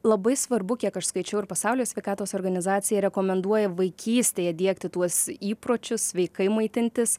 labai svarbu kiek aš skaičiau ir pasaulio sveikatos organizacija rekomenduoja vaikystėje diegti tuos įpročius sveikai maitintis